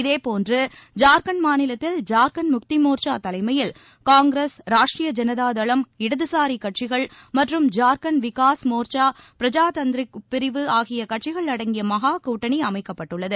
இதேபோன்று ஜார்க்கன்ட் மாநிலத்தில் ஜார்க்கண்ட் முக்தி மோர்ச்சா தலைமையில் காங்கிரஸ் ராஷ்ட்ரிய ஜளதா தளம் இடதுசாரிக் கட்சிகள் மற்றும் ஜார்க்கண்ட் விகாஸ் மோர்சா பிரஜாதந்ரிக் பிரிவு ஆகிய கட்சிகள் அடங்கிய மகா கூட்டணி அமைக்கப்பட்டுள்ளது